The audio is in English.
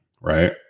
Right